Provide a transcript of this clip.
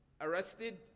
arrested